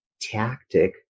tactic